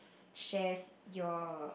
shares your